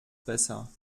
besser